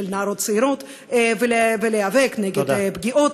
של נערות צעירות ולהיאבק נגד פגיעות,